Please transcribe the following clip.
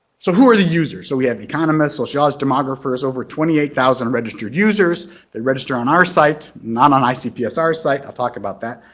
so who are the users? so we have economists, sociologists, demographers. over twenty eight thousand registered users that register on our site not on icpsr site. i'll talk about that.